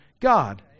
God